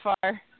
far